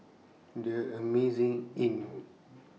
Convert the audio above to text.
The Amazing Inn